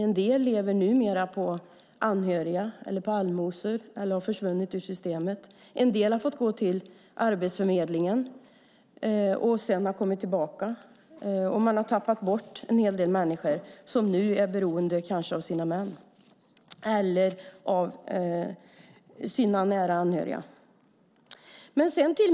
En del lever på anhöriga eller av allmosor eller har försvunnit ur systemet. En del har fått gå till Arbetsförmedlingen och har sedan kommit tillbaka. Man har tappat bort en hel del människor som nu kanske är beroende av sina män eller av nära anhöriga.